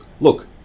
Look